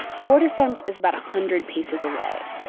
the border fence is about a hundred paces away.